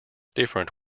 different